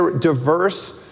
Diverse